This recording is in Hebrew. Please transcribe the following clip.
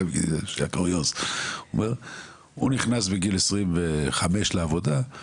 "הוא נכנס לעבודה בגיל 25,